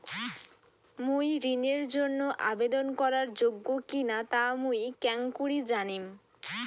মুই ঋণের জন্য আবেদন করার যোগ্য কিনা তা মুই কেঙকরি জানিম?